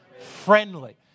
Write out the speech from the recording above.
friendly